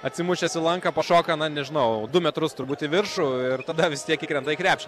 atsimušęs į lanką pašoka na nežinau du metrus turbūt į viršų ir tada vis tiek įkrenta į krepšį